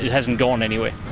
hasn't gone anywhere,